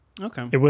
Okay